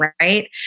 right